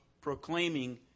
proclaiming